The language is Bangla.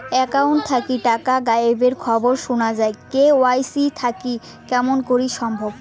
একাউন্ট থাকি টাকা গায়েব এর খবর সুনা যায় কে.ওয়াই.সি থাকিতে কেমন করি সম্ভব?